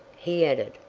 he added.